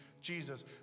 Jesus